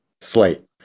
slate